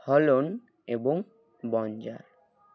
হলন এবং বঞ্জার